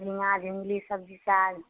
झिङ्गा झिङ्गुली सबजी साग